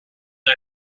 the